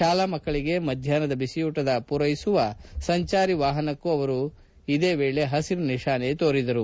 ಶಾಲಾ ಮಕ್ಕಳಿಗೆ ಮಧ್ವಾಹ್ನದ ಬಿಸಿಯೂಟ ಪೂರೈಸುವ ಸಂಚಾರಿ ವಾಹನಕ್ಕೂ ಅವರು ಹಸಿರು ನಿಶಾನೆ ತೋರಿದರು